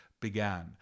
began